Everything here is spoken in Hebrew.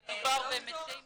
מדובר במתי מעט של מטופלים.